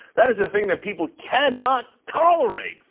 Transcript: that is a thing that people cannot tolerate.